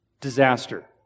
Disaster